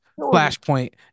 Flashpoint